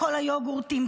כל היוגורטים,